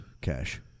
Cash